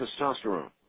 testosterone